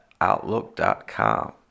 outlook.com